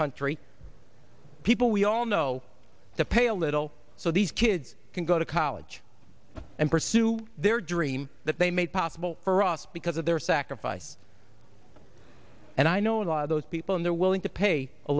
country people we all know that pay a little so these kids can go to college and pursue their dream that they made possible for us because of their sacrifice and i know a lot of those people and they're willing to pay a